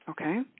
Okay